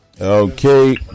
Okay